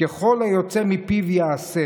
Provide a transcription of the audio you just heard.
"ככל היצא מפיו יעשה"